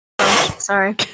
sorry